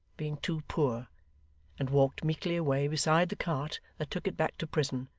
being too poor and walked meekly away beside the cart that took it back to prison,